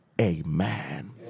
amen